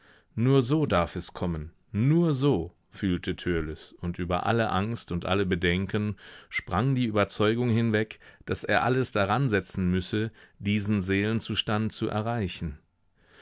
nur so darf es kommen nur so fühlte törleß und über alle angst und alle bedenken sprang die überzeugung hinweg daß er alles daran setzen müsse diesen seelenzustand zu erreichen